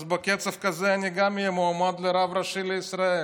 אז בקצב כזה אני גם אהיה מועמד לרב הראשי לישראל.